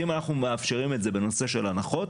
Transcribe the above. אם אנחנו מאפשרים את זה בנושא של הנחות,